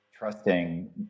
Trusting